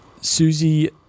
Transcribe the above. Susie